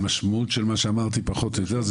המשמעות של מה שאמרתי פחות או יותר,